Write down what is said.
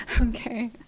Okay